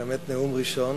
באמת נאום ראשון.